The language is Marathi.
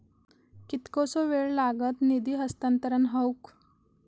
कितकोसो वेळ लागत निधी हस्तांतरण हौक?